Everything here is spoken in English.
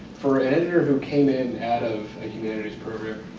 for an editor who came in out of a humanities program,